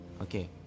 okay